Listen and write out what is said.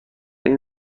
این